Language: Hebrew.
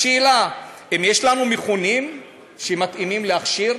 השאלה: האם יש לנו מכונים שמתאימים להכשיר?